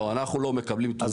לא, אנחנו לא מקבלים תרומות.